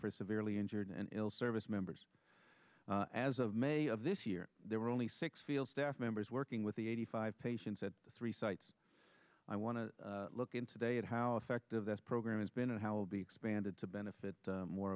for severely injured and ill service members as of may of this year there were only six field staff members working with the eighty five patients at the three sites i want to look in today at how effective this program has been and how will be expanded to benefit more